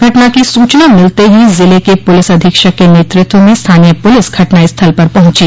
घटना की सूचना मिलते ही जिले के पुलिस अधीक्षक के नेतृत्व में स्थानीय पुलिस घटनास्थल पर पहुंची